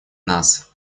нас